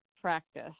practice